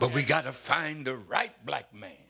but we gotta find the right black m